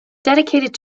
dedicated